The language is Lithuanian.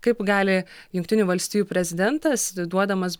kaip gali jungtinių valstijų prezidentas duodamas